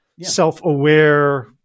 self-aware